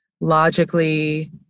logically